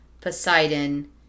Poseidon